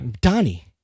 Donnie